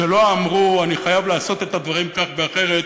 שלא אמרו: אני חייב לעשות את הדברים כך ואחרת,